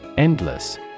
Endless